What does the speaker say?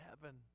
heaven